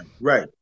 Right